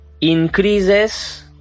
increases